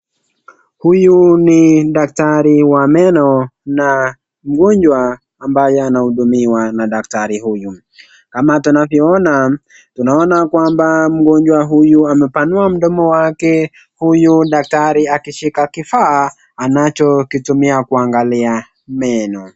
Huyu ni daktari wa meno na mgonjwa ambaye anahudumiwa na daktari huyu. Kama tunavyoona, tunaona kwamba mgonjwa huyu amepanua mdomo wake huyu daktari akishika kifaa anachokitumia kuangalia meno.